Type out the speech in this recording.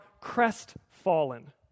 crestfallen